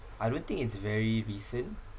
I don't think it's very recent